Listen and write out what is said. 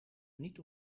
niet